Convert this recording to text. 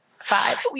Five